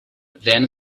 then